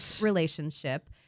relationship